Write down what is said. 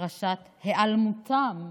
"פרשת היעלמותם",